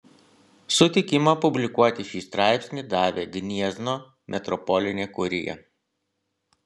sutikimą publikuoti šį straipsnį davė gniezno metropolinė kurija